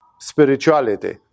spirituality